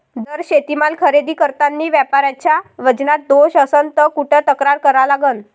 जर शेतीमाल खरेदी करतांनी व्यापाऱ्याच्या वजनात दोष असन त कुठ तक्रार करा लागन?